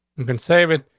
you can save it.